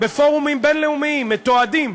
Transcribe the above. בפורומים בין-לאומיים, מתועדים,